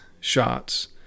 shots